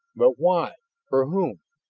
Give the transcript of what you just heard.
but why for whom?